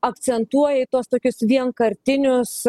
akcentuoja tuos tokius vienkartinius